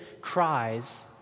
cries